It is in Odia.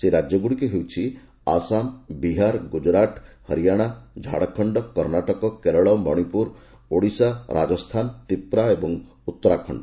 ସେହି ରାଜ୍ୟଗୁଡ଼ିକ ହେଲା ଆସାମ ବିହାର ଗୁଜରାଟ ହରିୟାନା ଝାଡ଼ଖଣ୍ଡ କର୍ଣ୍ଣାଟକ କେରଳ ମଣିପୁର ଓଡ଼ିଶା ରାଜସ୍ଥାନ ତ୍ରିପୁରା ଓ ଉତ୍ତରାଖଣ୍ଡ